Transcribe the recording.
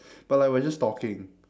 but like we are just talking